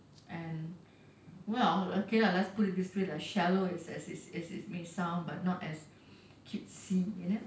and well okay lah let's put it this way lah shallow as it as it may sound but not as cutesy you know